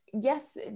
yes